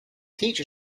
teacher